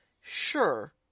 sure